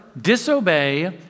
disobey